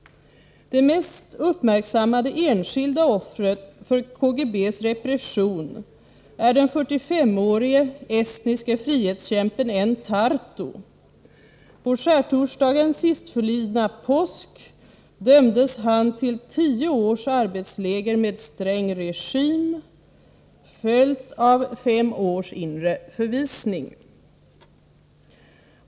Det mest uppmärksammade enskilda offret för KGB:s repression är den 45-årige estniske frihetskämpen Enn Tarto. På skärtorsdagen sistförlidna påsk dömdes han till tio års arbetsläger med sträng regim, följt av fem års inre förvisning.